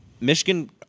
Michigan –